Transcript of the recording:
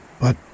But